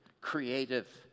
creative